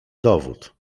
dowód